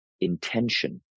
intention